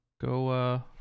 go